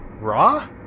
raw